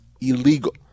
illegal